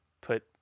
put